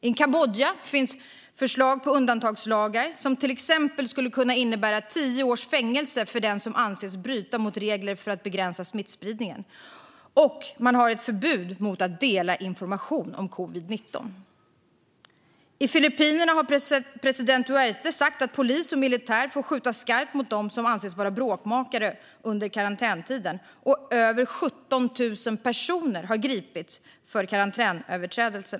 I Kambodja finns ett förslag på undantagslagar som till exempel skulle kunna innebära tio års fängelse för den som anses bryta mot regler för att begränsa smittspridningen, och man har ett förbud mot att dela information om covid-19. I Filippinerna har president Duterte sagt att polis och militär får skjuta skarpt mot dem som anses vara bråkmakare under karantäntiden, och över 17 000 personer har gripits för karantänöverträdelser.